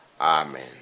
Amen